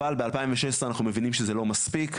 אבל ב-2016 אנחנו מבינים שזה לא מספיק,